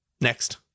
next